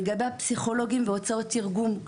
לגבי הפסיכולוגים והוצאות תרגום,